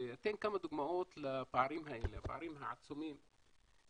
ואתן כמה דוגמאות לפערים העצומים האלה.